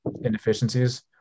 inefficiencies